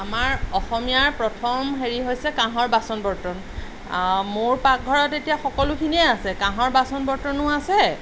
আমাৰ অসমীয়াৰ প্ৰথম হেৰি হৈছে কাঁহৰ বাচন বৰ্তন মোৰ পাকঘৰত এতিয়া সকলোখিনিয়ে আছে কাঁহৰ বাচন বৰ্তনো আছে